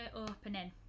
opening